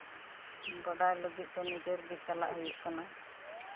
ᱵᱟᱰᱟᱭ ᱞᱟᱹᱜᱤᱫ ᱫᱚ ᱱᱤᱡᱮᱨᱜᱮ ᱪᱟᱞᱟᱜ ᱦᱩᱭᱩᱜ ᱠᱟᱱᱟ